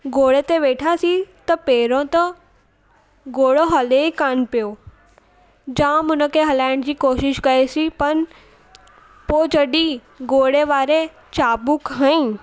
घोड़े ते वेठासीं त पहिरियों त घोड़ो हले ई कान पियो जामु उन खे हलाइण जी कोशिशि कईसीं पन पोइ जॾहिं घोड़े वारे चाबूक हईं